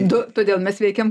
du todėl mes veikiam